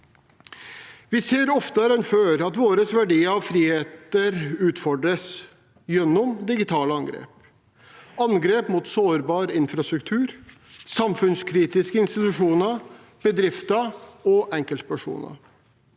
Vi ser oftere enn før at våre verdier og friheter utfordres gjennom digitale angrep, angrep mot sårbar infrastruktur, samfunnskritiske institusjoner, bedrifter og enkeltpersoner.